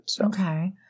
Okay